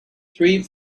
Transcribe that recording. three